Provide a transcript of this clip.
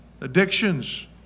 Addictions